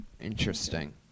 Interesting